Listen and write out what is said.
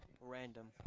Random